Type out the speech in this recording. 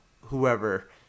whoever